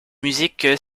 musique